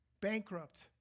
Bankrupt